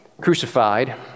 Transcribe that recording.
crucified